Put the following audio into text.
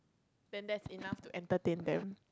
then that's enough to entertain them